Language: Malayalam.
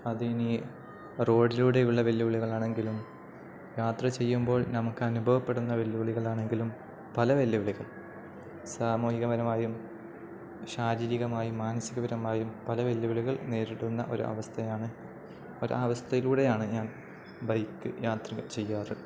അതിനി റോഡിലൂടെയുള്ള വെല്ലുവിളികളാണെങ്കിലും യാത്ര ചെയ്യുമ്പോൾ നമുക്ക് അനുഭവപ്പെടുന്ന വെല്ലുവിളികളാണെങ്കിലും പല വെല്ലുവിളികൾ സാമൂഹികപരമായും ശാരീരികമായും മാനസികപരമായും പല വെല്ലുവിളികൾ നേരിടുന്ന ഒരവസ്ഥയാണ് ഒരവസ്ഥയിലൂടെയാണു ഞാൻ ബൈക്ക് യാത്ര ചെയ്യാറ്